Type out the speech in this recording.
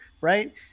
right